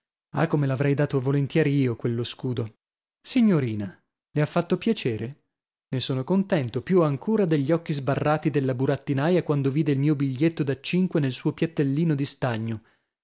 ah come l'avrei dato volentieri io quello scudo signorina le ha fatto piacere ne sono contento più ancora che degli occhi sbarrati della burattinaia quando vide il mio biglietto da cinque nel suo piattellino di stagno